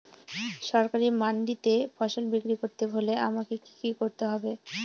সরকারি মান্ডিতে ফসল বিক্রি করতে হলে আমাকে কি কি করতে হবে?